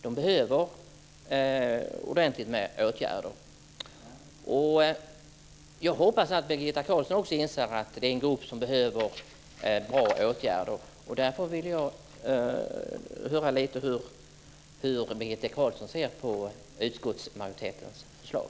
De behöver ordentliga åtgärder. Jag hoppas att Birgitta Carlsson också inser att det är en grupp som behöver bra åtgärder. Därför vill jag höra lite hur Birgitta Carlsson ser på utskottsmajoritetens förslag.